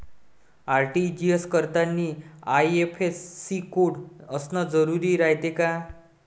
RTGS करतांनी IFSC code असन जरुरी रायते का?